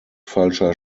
falscher